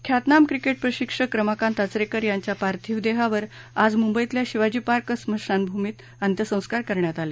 ख्यातनाम क्रिकेट प्रशिक्षक रमाकांत आचरेकर यांच्या पार्थिव देहावर आज मुंबईतलया शिवाजी पार्क स्मशानभूमीत अंत्यसंस्कार करण्यात आले